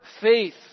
faith